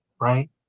right